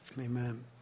Amen